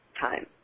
time